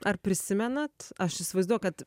ar prisimenat aš įsivaizduoju kad